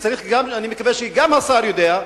ואני מקווה שגם השר יודע,